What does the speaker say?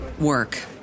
work